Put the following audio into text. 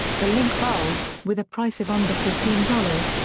the link bulb, with a price of under fifteen dollars,